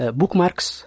bookmarks